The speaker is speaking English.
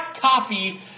copy